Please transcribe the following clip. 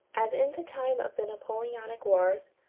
as in the time of the napoleonic wars,